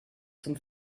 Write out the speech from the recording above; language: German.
zum